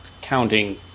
counting